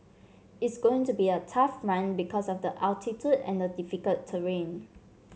it's going to be a tough run because of the altitude and the difficult terrain